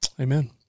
Amen